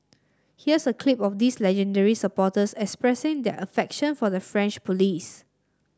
here's a clip of these legendary supporters expressing their affection for the French police